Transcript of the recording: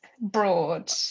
broad